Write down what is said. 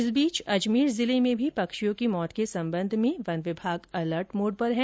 इस बीच अजमेर जिले में भी पक्षियों की मौत के संबन्ध में वन विभाग अलर्ट मोड़ पर है